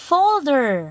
Folder